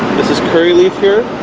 this is curry leaf here